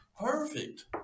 Perfect